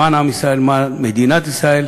למען עם ישראל, מדינת ישראל,